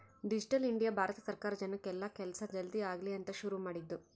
digital India Bharat ಸರ್ಕಾರ ಜನಕ್ ಎಲ್ಲ ಕೆಲ್ಸ ಜಲ್ದೀ ಆಗಲಿ ಅಂತ ಶುರು ಮಾಡಿದ್ದು